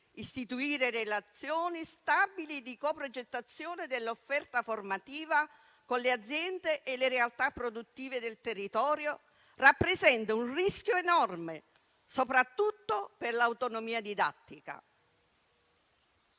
istituire relazioni stabili di coprogettazione dell'offerta formativa con le aziende e le realtà produttive del territorio rappresenta un rischio enorme soprattutto per l'autonomia didattica.